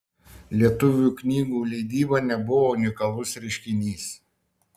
lietuvių knygų leidyba nebuvo unikalus reiškinys